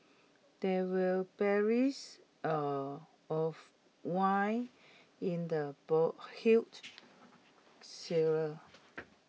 there were barrels are of wine in the ball huge